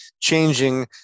changing